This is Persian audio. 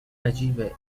عجیبه